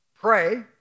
pray